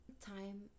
time